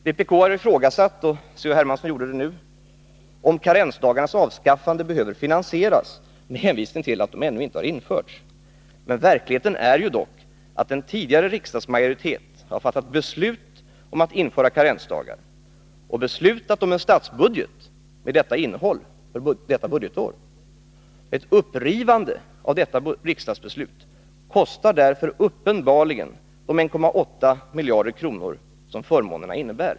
Vpk har ifrågasatt — Carl-Henrik Hermansson gjorde det nyss — om karensdagarnas avskaffande behöver finansieras med hänvisning till att de ännu inte har införts. Verkligheten är dock att en tidigare riksdagsmajoritet har fattat beslut om att införa karensdagar och beslutat om en statsbudget med det innehållet för detta budgetår. Ett upprivande av detta riksdagsbeslut kostar därför uppenbarligen de 1,8 miljarder kronor som förmånerna innebär.